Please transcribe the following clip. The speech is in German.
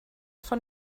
von